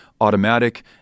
automatic